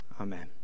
amen